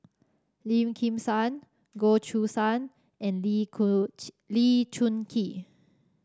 Lim Kim San Goh Choo San and Lee Lee Choon Kee